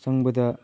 ꯆꯪꯕꯗ